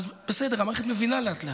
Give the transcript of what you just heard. אז בסדר, המערכת מבינה לאט-לאט.